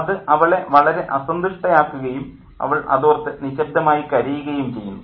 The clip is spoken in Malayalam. അത് അവളെ വളരെ അസന്തുഷ്ടയാക്കുകയും അവൾ അതോർത്ത് നിശബ്ദമായി കരയുകയും ചെയ്യുന്നു